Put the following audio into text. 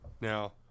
Now